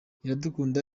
iradukunda